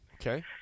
Okay